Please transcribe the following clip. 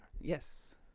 Yes